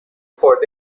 خورده